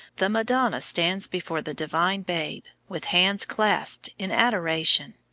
the madonna stands before the divine babe, with hands clasped in adoration,